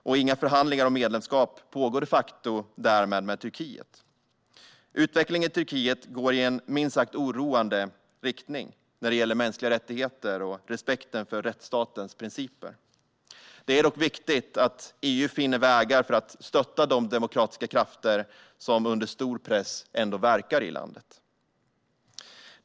Och inga förhandlingar om medlemskap pågår de facto därmed med Turkiet. Utvecklingen i Turkiet går i en minst sagt oroande riktning när det gäller mänskliga rättigheter och respekten för rättsstatens principer. Det är dock viktigt att EU finner vägar för att stötta de demokratiska krafter som under stor press verkar i landet.